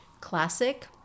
classic